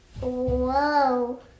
Whoa